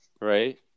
Right